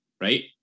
right